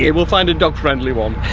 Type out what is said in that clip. yeah we'll find a dog friendly one.